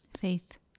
Faith